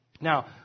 Now